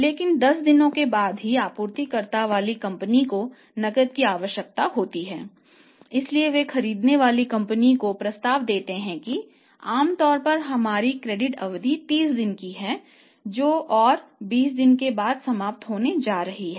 लेकिन 10 दिनों के बाद ही आपूर्ति करने वाली कंपनी को नकदी की आवश्यकता होती है इसलिए वे खरीदने वाली कंपनी को प्रस्ताव देते हैं कि आम तौर पर हमारी क्रेडिट अवधि 30 दिन है जो और 20 दिनों के बाद समाप्त होने जा रही है